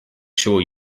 sure